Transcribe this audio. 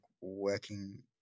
working